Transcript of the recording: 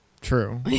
true